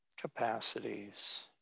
capacities